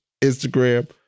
Instagram